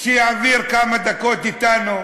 שיעביר כמה דקות אתנו.